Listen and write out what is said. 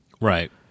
Right